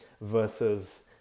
versus